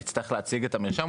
יצטרך להציג את המרשם?